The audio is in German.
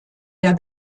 der